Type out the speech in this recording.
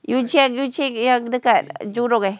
yuan ching yuan ching yang dekat jurong eh